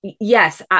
yes